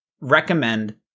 recommend